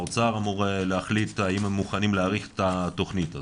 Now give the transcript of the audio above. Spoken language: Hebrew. האוצר אמור להחליט האם הם מוכנים להאריך את התוכנית הזאת,